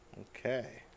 Okay